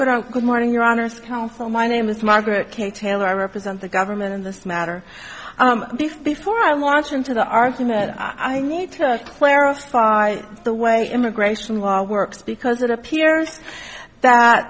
good on good morning your honor is coming from my name is margaret k taylor i represent the government in this matter if before i watch into the argument i need to clarify the way immigration law works because it appears that